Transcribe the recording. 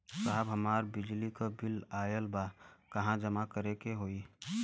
साहब हमार बिजली क बिल ऑयल बा कहाँ जमा करेके होइ?